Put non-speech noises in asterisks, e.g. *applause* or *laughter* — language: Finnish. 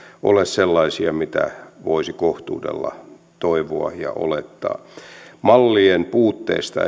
ole sellaisia mitä voisi kohtuudella toivoa ja odottaa mallien puutteesta *unintelligible*